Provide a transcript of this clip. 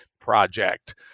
project